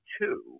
two